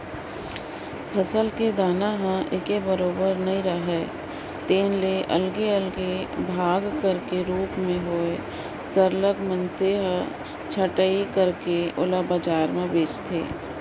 फसल के दाना ह एके बरोबर नइ राहय तेन ले अलगे अलगे भाग कर रूप में होए के सरलग मइनसे छंटई कइर के ओला बजार में बेंचथें